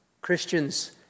Christians